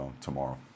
tomorrow